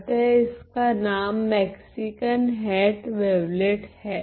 अतः इसका नाम मेक्सिकन हेट वेवलेट हैं